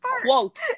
quote